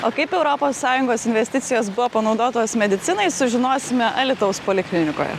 o kaip europos sąjungos investicijos buvo panaudotos medicinai sužinosime alytaus poliklinikoje